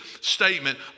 statement